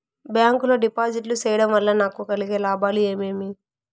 Bank లో deposits సేయడం వల్ల నాకు కలిగే లాభాలు ఏమేమి?